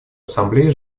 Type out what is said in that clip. ассамблея